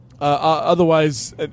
otherwise